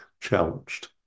challenged